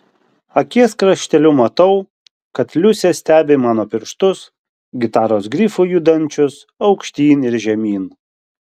akies krašteliu matau kad liusė stebi mano pirštus gitaros grifu judančius aukštyn ir žemyn